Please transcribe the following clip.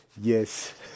Yes